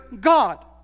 God